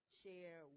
share